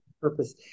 purpose